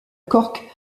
cork